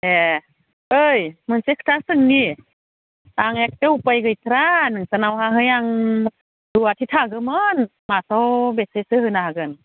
ए ओइ मोनसे खोथा सोंनि आं एखदम उफाय गैथारा नोंसानावहाय आं रुवाथि थागोमोन मासाव बेसेसो होनो हागोन